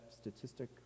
statistic